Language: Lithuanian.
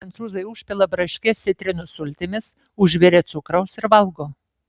prancūzai užpila braškes citrinų sultimis užberia cukraus ir valgo